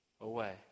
away